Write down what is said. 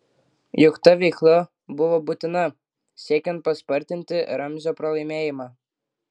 juk ta veikla buvo būtina siekiant paspartinti ramzio pralaimėjimą